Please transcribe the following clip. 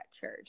church